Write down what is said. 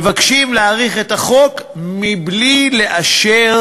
מבקשים להאריך את תוקף החוק מבלי לאשר